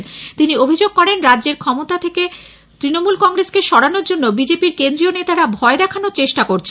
byte তিনি অভিযোগ করেন রাজ্যের ক্ষমতা থেকে তৃণমূল কংগ্রেসকে সরানোর জন্য বিজেপি র কেন্দ্রীয় নেতারা ভয় দেখানোর চেষ্টা করছে